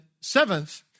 seventh